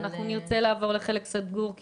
נכון,